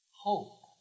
Hope